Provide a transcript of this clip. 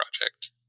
project